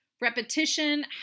Repetition